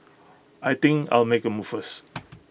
I think I'll make A move first